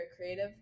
creative